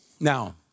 Now